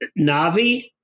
Navi